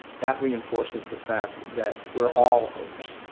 that reinforces the fact that we're all owners.